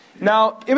Now